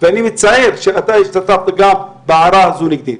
ומצער אותי שגם אתה השתתפת בהערה הזו נגדי.